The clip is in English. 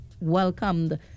welcomed